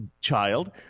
child